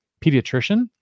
pediatrician